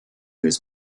his